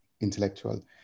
intellectual